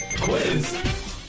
Quiz